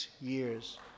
years